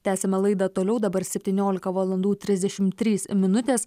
tęsiame laidą toliau dabar septyniolika valandų trisdešimt trys minutės